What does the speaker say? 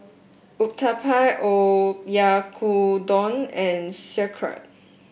Uthapam Oyakodon and Sauerkraut